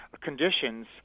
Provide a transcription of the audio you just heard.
conditions